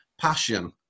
passion